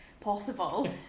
possible